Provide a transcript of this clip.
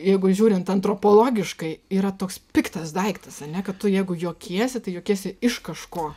jeigu žiūrint antropologiškai yra toks piktas daiktas ane kad tu jeigu juokiesi tai juokiesi iš kažko